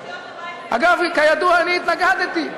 אגב, כידוע, אני התנגדתי.